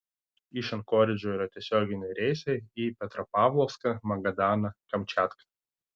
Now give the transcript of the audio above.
iš ankoridžo yra tiesioginiai reisai į petropavlovską magadaną kamčiatką